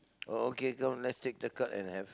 oh okay come let's take the card and have